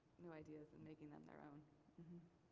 new ideas and making them their own.